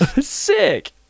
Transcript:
Sick